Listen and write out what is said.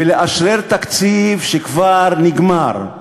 ולאשרר תקציב שכבר נגמר.